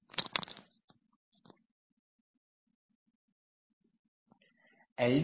2 వోల్ట్ల కు వస్తుంది